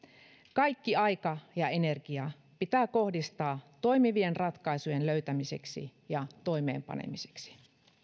kaikki aika ja energia pitää kohdistaa toimivien ratkaisujen löytämiseksi ja toimeenpanemiseksi